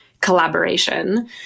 collaboration